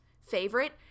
favorite